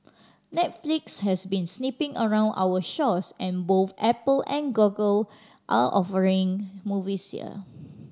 netflix has been sniffing around our shores and both Apple and Google are offering movies here